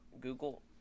Google